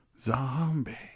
Zombie